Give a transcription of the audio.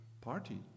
party